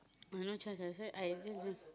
oh no choice that's why I just